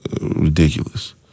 ridiculous